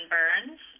Burns